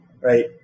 Right